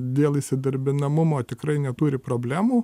dėl įsidarbinamumo tikrai neturi problemų